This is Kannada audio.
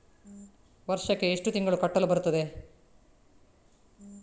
ವರ್ಷಕ್ಕೆ ಎಷ್ಟು ತಿಂಗಳು ಕಟ್ಟಲು ಬರುತ್ತದೆ?